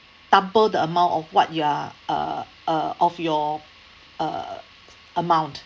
double the amount of what you are uh of your a~ amount